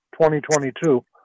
2022